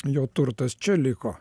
jo turtas čia liko